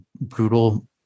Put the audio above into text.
brutal